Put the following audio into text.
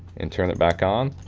and turn it back on,